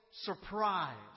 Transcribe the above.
surprise